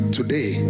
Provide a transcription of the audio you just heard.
today